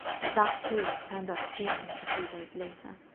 but that too turned up clean a few days later.